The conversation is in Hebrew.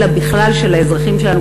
אלא בכלל של האזרחים שלנו,